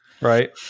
Right